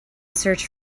search